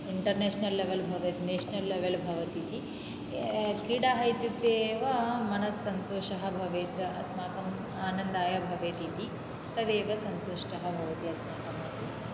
international level भवेत् national level भवतीति क्रीडाः इत्युक्ते एव मनस्सन्तोषः भवेत् अस्माकम् आनन्दाय भवेत् इति तदेव संतुष्टः भवति अस्माकमपि